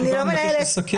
אני מבקש לסכם בבקשה.